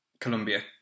Colombia